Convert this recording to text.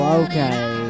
okay